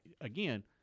again